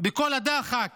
בכל הדחק